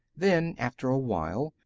then, after a while,